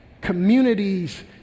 Communities